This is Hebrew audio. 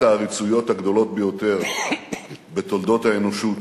העריצויות הגדולות ביותר בתולדות האנושות,